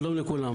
שלום לכולם.